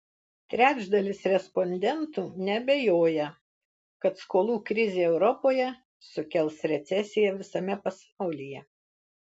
trečdalis respondentų neabejoja kad skolų krizė europoje sukels recesiją visame pasaulyje